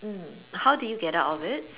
mm how did you get out of it